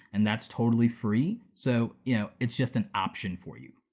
and that's totally free. so yeah it's just an option for you.